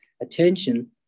attention